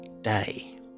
day